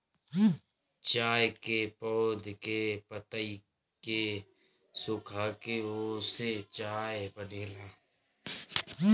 चाय के पौधा के पतइ के सुखाके ओसे चाय बनेला